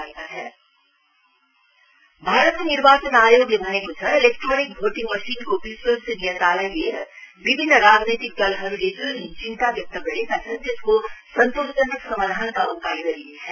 election commission EVM भारतको निर्वाचन आयोगले भनेको छ एलेक्ट्रोनिक भोटिङ मशिनको विश्वसनीयतालाई लिएर विभिन्न राजनैतिक दलहरुले जुन चिन्ता व्यक्त गरेका छन् त्यसको सन्तोषजनक समाधानका उपाय गरिनेछ